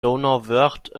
donauwörth